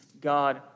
God